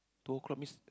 two o-clock means